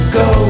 go